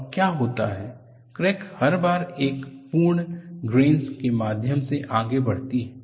और क्या होता है क्रैक हर बार एक पूर्ण ग्रेन्स के माध्यम से आगे बढ़ती है